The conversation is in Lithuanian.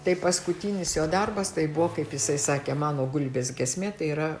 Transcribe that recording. tai paskutinis jo darbas tai buvo kaip jisai sakė mano gulbės giesmė tai yra